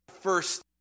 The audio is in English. First